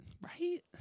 right